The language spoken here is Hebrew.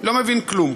לא מבין כלום.